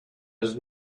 his